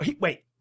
Wait